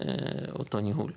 אותו ניהול.